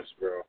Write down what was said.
bro